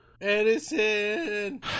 Edison